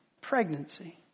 pregnancy